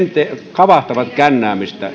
kavahtavat kännäämistä